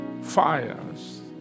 fires